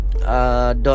dot